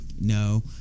No